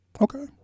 Okay